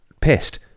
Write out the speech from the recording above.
pissed